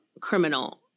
criminal